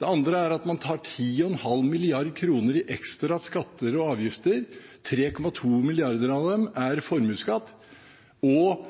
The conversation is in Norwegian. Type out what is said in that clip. Det andre er at man tar 10,5 mrd. kr i ekstra skatter og avgifter – 3,2 mrd. kr av dette er formuesskatt – og